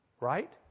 Right